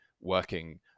working